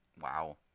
Wow